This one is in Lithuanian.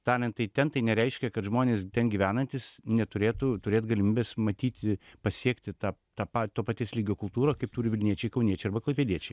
talentai ten tai nereiškia kad žmonės ten gyvenantys neturėtų turėt galimybės matyti pasiekti tą tą patį to paties lygio kultūrą kaip turi vilniečiai kauniečiai arba klaipėdiečiai